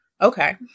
Okay